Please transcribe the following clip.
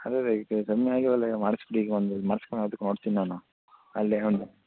ಅದೇ ಅದೇ ಈಗ ಕಮ್ಮಿ ಆಗಿಲ್ಲವಲ್ಲ ಏನು ಮಾಡಿಸ್ಬಿಡಿ ಈಗ ಒಂದು ಇದು ಮಾಡ್ಸ್ಕಂಡು ಯಾವ್ದಕ್ಕೂ ನೋಡ್ತಿನಿ ನಾನು ಅಲ್ಲೇ ಒಂದು